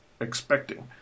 expecting